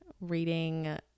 reading